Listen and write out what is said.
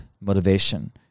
motivation